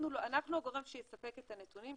אנחנו הגורם שיספק את הנתונים,